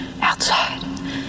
outside